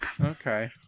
Okay